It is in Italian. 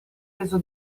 reso